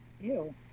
Ew